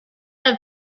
have